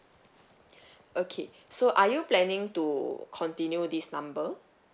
okay so are you planning to continue this number